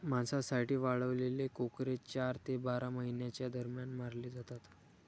मांसासाठी वाढवलेले कोकरे चार ते बारा महिन्यांच्या दरम्यान मारले जातात